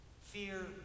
Fear